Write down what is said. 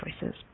choices